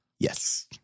Yes